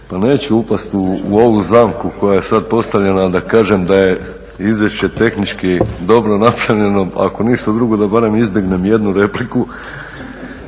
Pa neću upasti u ovu zamku koja je sada postavljena da kažem da je izvješće tehnički dobro napravljeno, ako ništa drugo da barem izbjegnem jednu repliku.